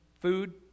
food